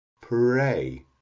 Pray